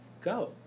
go